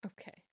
Okay